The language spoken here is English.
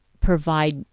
provide